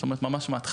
כלומר, ממש בהתחלה.